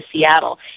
Seattle